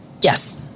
yes